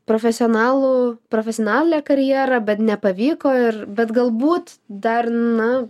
profesionalų profesionalią karjerą bet nepavyko ir bet galbūt dar na